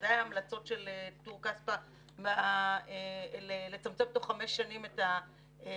בוודאי ההמלצות של טור-כספא לצמצם תוך חמש שנים את הפרוזדורים,